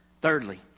Thirdly